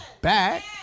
back